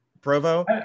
Provo